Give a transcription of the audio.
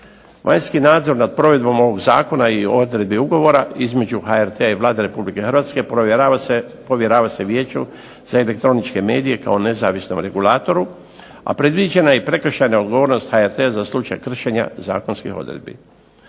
Vanjski nadzor nad provedbom ovog zakona i o odredbi Ugovora između HRT-a i Vlade RH povjerava se Vijeću za elektroničke medije kao nezavisnom regulatoru, a predviđena je i prekršajna odgovornost HRT-a za slučaj kršenja zakonskih odredbi.